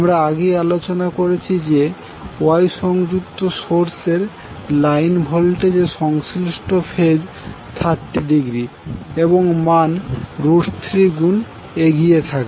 আমরা আগেই আলোচনা করেছি যে ওয়াই সংযুক্ত সোর্স এর লাইন ভোল্টেজের সংশ্লিষ্ট ফেজ 30০ এবং মান 3 গুন এগিয়ে থাকে